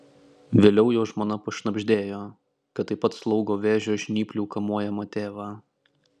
vėliau jo žmona pašnabždėjo kad taip pat slaugo vėžio žnyplių kamuojamą tėvą